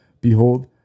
Behold